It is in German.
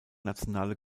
nationale